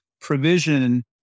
provision